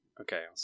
Okay